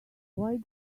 why